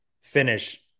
finish